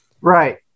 Right